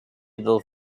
little